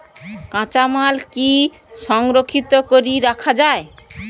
কাঁচামাল কি সংরক্ষিত করি রাখা যায়?